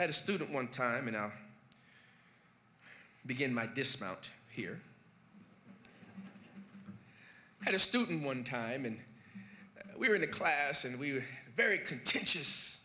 had a student one time and i begin my dismount here at a student one time and we were in a class and we were very contentious